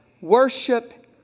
worship